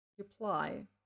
apply